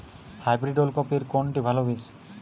Hybrid ওল কপির কোনটি ভালো বীজ?